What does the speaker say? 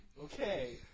Okay